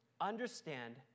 understand